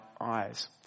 eyes